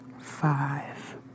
five